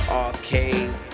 arcade